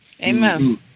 Amen